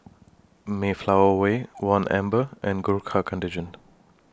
Mayflower Way one Amber and Gurkha Contingent